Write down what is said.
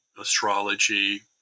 astrology